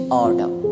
order